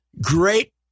Great